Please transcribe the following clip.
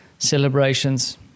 Celebrations